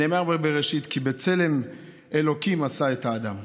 נאמר בבראשית: כי בצלם אלוקים עשה את האדם.